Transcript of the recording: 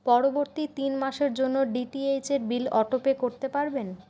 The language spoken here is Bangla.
পরবর্তী তিন মাসের জন্য ডি টি এইচের বিল অটোপে করতে পারবেন